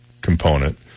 component